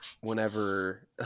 whenever